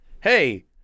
Hey